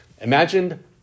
imagine